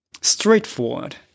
straightforward